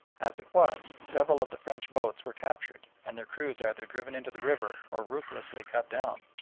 as it was, several of the french boats were captured, and their crews either driven into the river or ruthlessly cut down,